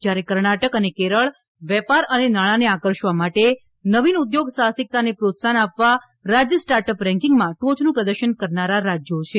જયારે કર્ણાટક અને કેરળ વેપાર અને નાણાંને આકર્ષવા માટે નવીન ઉદ્યોગ સાહસિકતાને પ્રોત્સાહન આપવા રાજય સ્ટાર્ટઅપ રેન્કિંગમાં ટોચનું પ્રદર્શન કરનારા રાજયો છે